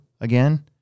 again